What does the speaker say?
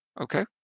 Okay